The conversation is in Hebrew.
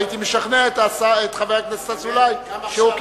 הייתי משכנע את חבר הכנסת אזולאי שהוא,